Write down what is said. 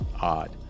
odd